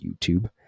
youtube